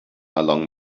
along